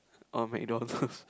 or McDonald